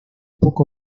poco